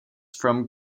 from